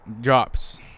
Drops